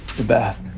the bath.